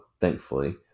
thankfully